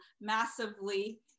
massively